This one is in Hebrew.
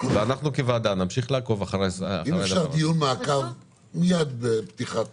ואנחנו כוועדה נמשיך לעקוב אחרי --- אם אפשר דיון מעקב מיד בפתיחת